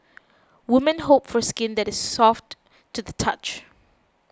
women hope for skin that is soft to the touch